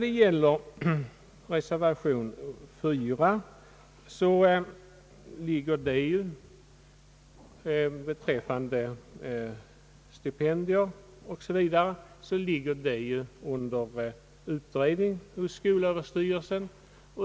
Den fråga om stipendier o. s. v. som tas upp i reservation 4 ligger under utredning hos skolöverstyrelsen.